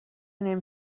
نمی